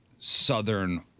Southern